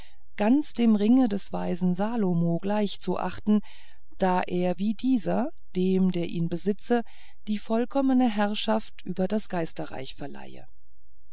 ganz dem ringe des weisen salomo gleich zu achten da er wie dieser dem der ihn besitze die vollkommene herrschaft über das geisterreich verleihe